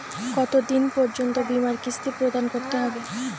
কতো দিন পর্যন্ত বিমার কিস্তি প্রদান করতে হবে?